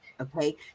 Okay